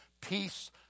peace